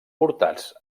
portats